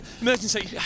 Emergency